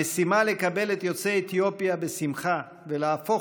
המשימה לקבל את יוצאי אתיופיה בשמחה ולהפוך